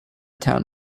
town